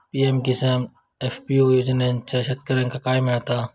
PM Kisan FPO योजनाच्यात शेतकऱ्यांका काय मिळता?